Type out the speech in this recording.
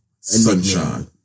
sunshine